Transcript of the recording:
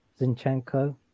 Zinchenko